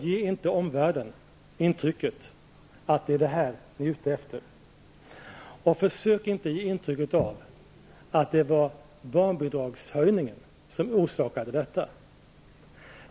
Ge inte omvärlden intrycket att det är detta ni är ute efter, och försök inte ge intryck av att det var barnbidragshöjningen som orsakade detta.